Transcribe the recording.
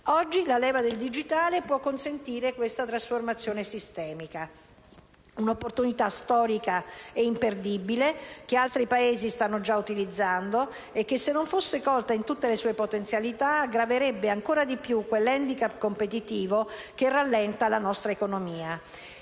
Oggi, la leva del digitale può consentire questa trasformazione sistemica. È un'opportunità storica ed imperdibile, che altri Paesi stanno già utilizzando e che, se non fosse colta in tutte le sue potenzialità, aggraverebbe ancora di più quell'*handicap* competitivo che rallenta la nostra economia.